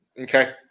okay